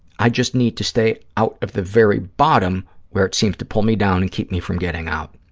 i just need to stay out of the very bottom, where it seems to pull me down and keep me from getting out.